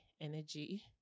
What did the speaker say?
energy